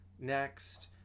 next